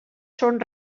són